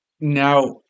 Now